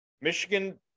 Michigan